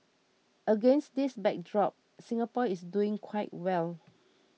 against this backdrop Singapore is doing quite well